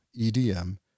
edm